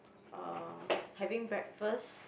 uh having breakfast